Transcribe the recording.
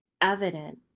evident